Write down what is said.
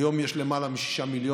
היום יש למעלה מ-6 מיליון,